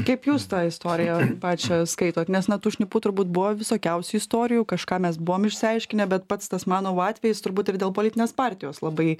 kaip jūs tą istoriją pačią skaitot nes na tų šnipų turbūt buvo visokiausių istorijų kažką mes buvom išsiaiškinę bet pats tas manovo atvejis turbūt ir dėl politinės partijos labai